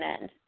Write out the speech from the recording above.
end